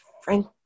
Frank